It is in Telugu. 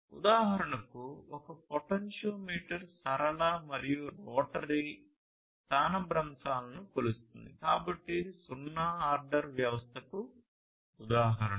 ఉదాహరణకు ఒక పొటెన్షియోమీటర్ సరళ మరియు రోటరీ స్థానభ్రంశాలను కొలుస్తుంది కాబట్టి ఇది సున్నా ఆర్డర్ వ్యవస్థకు ఉదాహరణ